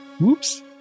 Whoops